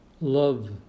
love